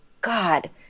God